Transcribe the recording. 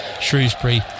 Shrewsbury